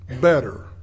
better